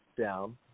down